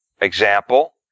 Example